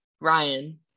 Ryan